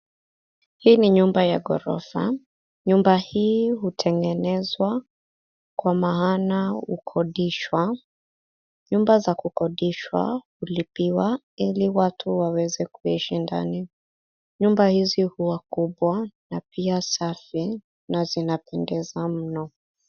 Hii ni nyumba ya ghorofa. Nyumba hii hutengenezwa kwa maana hukodishwa. Nyumba za kukodishwa hulipiwa ili watu waweze kuishi ndani. Nyumba hizi huwa kubwa na pia safi na zinapendeza mno.